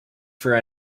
for